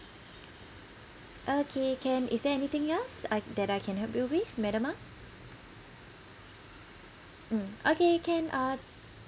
okay can is there anything else I that I can help you with madam ang mm okay can uh